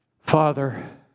Father